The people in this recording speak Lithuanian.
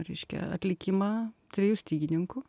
reiškia atlikimą trijų stygininkų